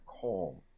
calm